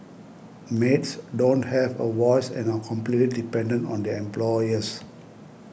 maids don't have a voice and are completely dependent on their employers